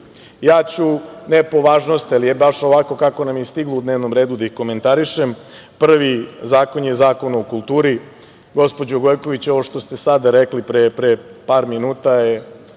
ću, ne po važnosti, ali ne baš kako je stiglo u dnevnom redu, da ih komentarišem. Prvi zakon je zakon o kulturi. Gospođo Gojković, ovo što ste sada rekli, pre par minuta je